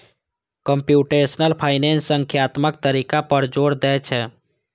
computational finance संख्यात्मक तरीका पर जोर दै छै